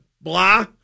blah